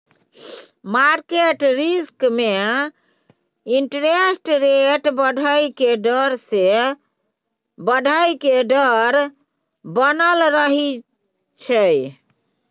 market risk में interest rate बढ़इ के डर बनल रहइ छइ